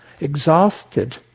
exhausted